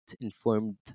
informed